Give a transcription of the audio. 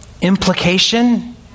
Implication